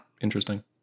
interesting